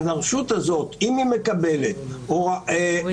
הרשות הזאת, אם היא מקבלת הסבר